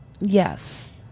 Yes